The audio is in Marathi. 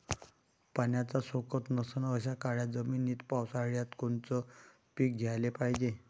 पाण्याचा सोकत नसन अशा काळ्या जमिनीत पावसाळ्यात कोनचं पीक घ्याले पायजे?